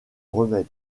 remède